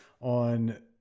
on